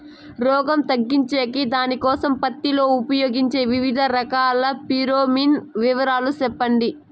రోగం తగ్గించేకి దానికోసం పత్తి లో ఉపయోగించే వివిధ రకాల ఫిరోమిన్ వివరాలు సెప్పండి